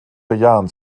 bejahen